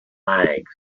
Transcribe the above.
legs